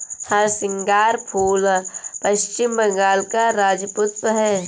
हरसिंगार फूल पश्चिम बंगाल का राज्य पुष्प है